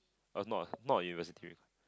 oh it's not not a university